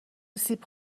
سیب